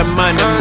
money